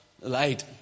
light